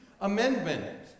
Amendment